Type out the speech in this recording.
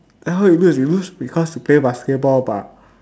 then how you lose you lose because you play basketball but